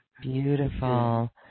Beautiful